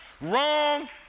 Wrong